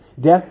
death